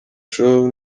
show